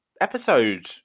episode